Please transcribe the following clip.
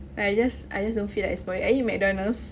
I just I just don't feel like exploring any McDonald's